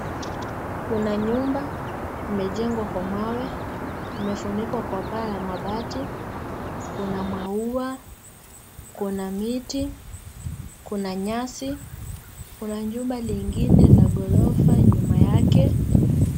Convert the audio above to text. Kuna nyumba imejengwa kwa mawe, imefunikwa kwa paa ya mabati, kuna maua, kuna miti, kuna nyasi kuna nyumba lingine la gorofa nyuma yake.